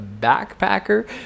backpacker